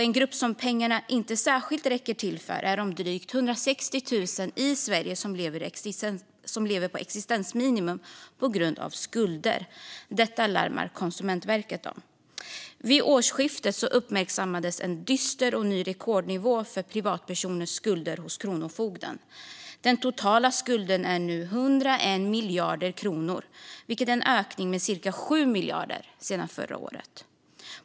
En grupp som pengarna inte räcker till för är de drygt 160 000 i Sverige som lever på existensminimum på grund av skulder. Detta larmar Konsumentverket om. Vid årsskiftet uppmärksammades en dyster och ny rekordnivå för privatpersoners skulder hos Kronofogden. Den totala skulden är nu 101 miljarder kronor, vilket är en ökning med cirka 7 miljarder sedan förra året.